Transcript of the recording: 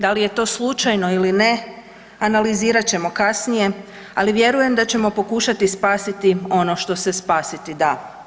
Da li je to slučajno ili ne, analizirat ćemo kasnije, ali vjerujem da ćemo pokušati spasiti ono što se spasiti da.